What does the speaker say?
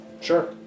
Sure